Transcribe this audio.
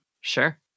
Sure